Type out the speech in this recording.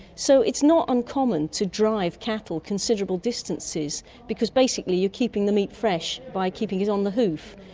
so it's not uncommon to drive cattle considerable distances because basically you're keeping the meat fresh by keeping it on the hoof,